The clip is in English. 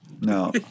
No